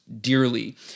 dearly